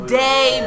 day